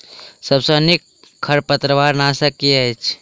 सबसँ नीक खरपतवार नाशक केँ अछि?